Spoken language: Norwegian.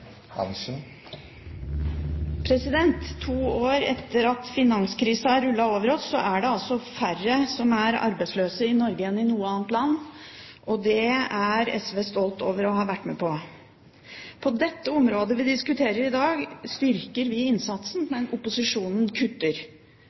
avsluttet. To år etter at finanskrisen rullet over oss, er det færre som er arbeidsløse i Norge enn i noe annet land. Det er SV stolt over å ha vært med på. På det området vi diskuterer i dag, styrker vi innsatsen,